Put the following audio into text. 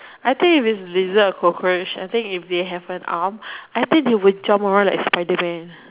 I think if it's lizard or cockroach I think if they have an arm I think they will jump all like Spiderman